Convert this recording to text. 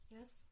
yes